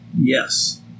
Yes